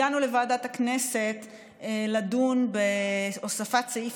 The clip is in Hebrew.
הגענו לוועדת הכנסת לדון בהוספת סעיף